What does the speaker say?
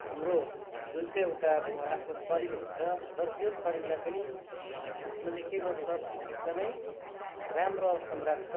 हाम्रो जुन चाहिँ एउटा अब आफ्नो शरीर हुन्छ र त्यो शरीरलाई पनि खासमा चाहिँ के गर्छ भन्दा एकदमै राम्रो अवस्थामा राख्छ